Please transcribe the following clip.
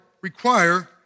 require